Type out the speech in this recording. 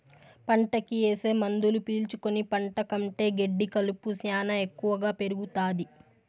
పంటకి ఏసే మందులు పీల్చుకుని పంట కంటే గెడ్డి కలుపు శ్యానా ఎక్కువగా పెరుగుతాది